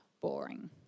boring